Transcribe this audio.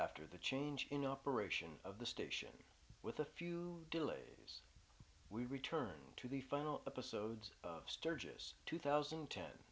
after the change in operation of the station with a few delays we return to the final episodes of sturgis two thousand